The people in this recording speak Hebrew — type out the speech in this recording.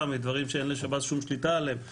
מדברים שאין לשב"ס שום שליטה עליהם,